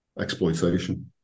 exploitation